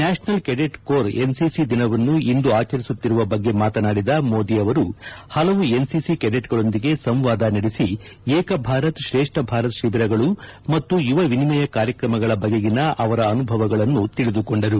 national cadet corps NCC ದಿನವನ್ನು ಇಂದು ಆಚರಿಸುತ್ತಿರುವ ಬಗ್ಗೆ ಮಾತನಾಡಿದ ಮೋದಿ ಅವರು ಹಲವು ಎನ್ಸಿಸಿ ಕೆಡೆಟ್ಗಳೊಂದಿಗೆ ಸಂವಾದ ನಡೆಸಿ ಏಕ ಭಾರತ್ ಶ್ರೇಷ್ಣ ಭಾರತ್ ಶಿಬಿರಗಳು ಮತ್ತು ಯುವ ವಿನಿಮಯ ಕಾರ್ಯಕ್ರಮಗಳ ಬಗೆಗಿನ ಅವರ ಅನುಭವಗಳನ್ನು ತಿಳಿದುಕೊಂಡರು